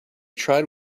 tried